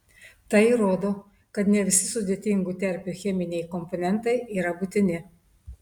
tai įrodo kad ne visi sudėtingų terpių cheminiai komponentai yra būtini